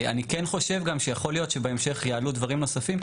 אני כן חושב שיכול להיות שבהמשך יעלו דברים נוספים,